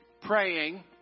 praying